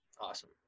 Awesome